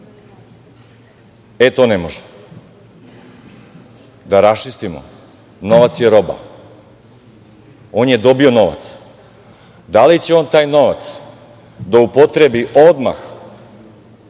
E, to ne može. Da raščistimo, novac je roba. On je dobio novac. Da li će on taj novac da upotrebi odmah